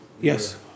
yes